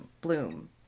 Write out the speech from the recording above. Bloom